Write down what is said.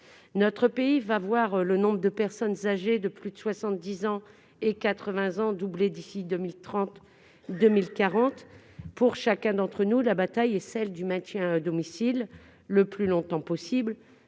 Notre pays va voir le nombre de personnes âgées de plus de 70 ans et 80 ans doubler d'ici à 2030 ou 2040. Pour chacun d'entre nous, la bataille est celle du maintien à domicile le plus longtemps possible.